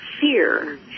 fear